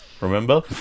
Remember